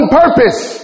purpose